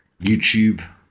YouTube